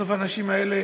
בסוף האנשים האלה